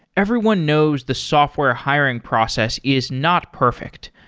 everyone knows the software hiring process is not perfect.